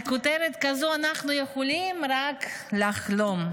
על כותרת כזו אנחנו יכולים רק לחלום.